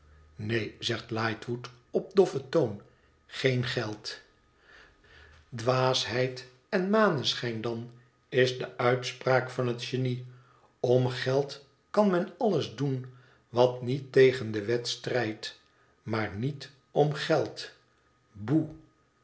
neen zegt lightwood op doffen toon geen geld dwaasheid en maneschijn dan is de uitspraak van het genie tom geld kan men alles doen wat niet tegen de wet strijdt maar niet om geld boe